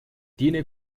tiene